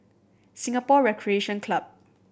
Singapore Recreation Club